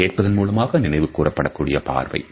இது கேட்பதன் மூலமாக நினைவு கூறப்பட கூடிய பார்வை